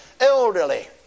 elderly